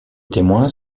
témoins